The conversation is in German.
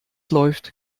läuft